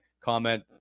comment